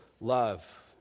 love